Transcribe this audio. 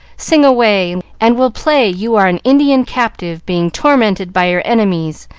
sing away, and we'll play you are an indian captive being tormented by your enemies,